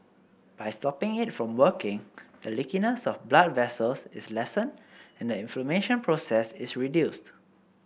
by stopping it from working the leakiness of blood vessels is lessened and the inflammation process is reduced